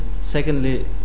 secondly